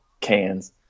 cans